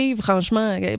franchement